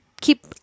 keep